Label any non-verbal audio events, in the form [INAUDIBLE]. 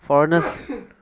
[NOISE]